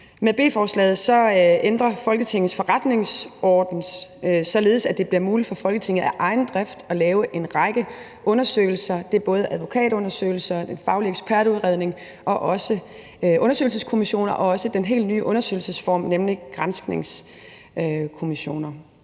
Med B-forslaget ændres Folketingets forretningsorden således, at det bliver muligt for Folketinget af egen drift at lave en række undersøgelser. Det er både advokatundersøgelser, faglige ekspertudredninger og undersøgelseskommissioner og også den helt nye undersøgelsesform, nemlig granskningskommissioner.